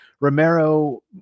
Romero